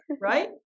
Right